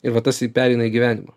ir va tas pereina į gyvenimą